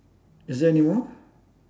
is there any more